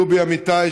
דובי אמיתי,